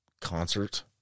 concert